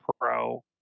pro